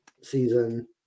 season